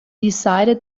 decided